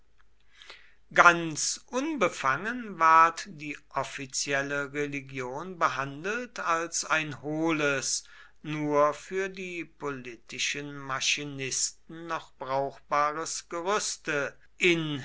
ganz unbefangen ward die offizielle religion behandelt als ein hohles nur für die politischen maschinisten noch brauchbares gerüste in